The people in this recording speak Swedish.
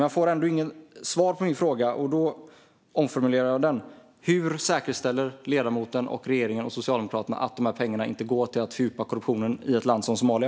Jag får inget svar på min fråga, så jag omformulerar den. Hur säkerställer ledamoten, regeringen och Socialdemokraterna att de här pengarna inte går till att fördjupa korruptionen i ett land som Somalia?